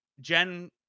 Jen